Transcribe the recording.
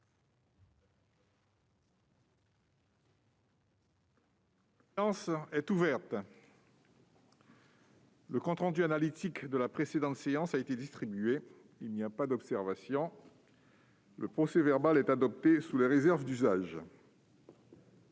La séance est ouverte. Le compte rendu analytique de la précédente séance a été distribué. Il n'y a pas d'observation ?... Le procès-verbal est adopté sous les réserves d'usage.